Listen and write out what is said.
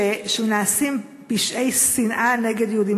שנעשים פשעי שנאה נגד יהודים.